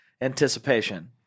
Anticipation